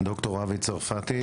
ד"ר אבי צרפתי,